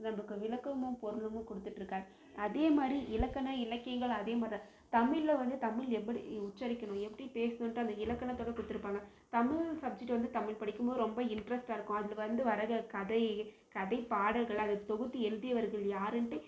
நம்மக்கு விளக்கமும் பொருளுமும் கொடுத்துட்ருக்காங்க அதே மாதிரி இலக்கண இலக்கியங்கள் அதே மாரி தமிழில் வந்து தமிழ் எப்படி உச்சரிக்கணும் எப்படி பேசணுமென்ட்டு அந்த இலக்கணத்தோட கொடுத்துருப்பாங்க தமிழ் கத்துகிட்டு வந்து தமிழ் படிக்கும்போது ரொம்ப இன்ட்ரெஸ்ட்டாக இருக்கும் அதில் வந்து வரகிற கதை கதைப்பாடல்கள் அதை தொகுத்து எழுதியவர்கள் யாருன்ட்டு